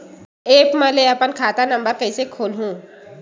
App म ले अपन खाता नम्बर कइसे खोलहु?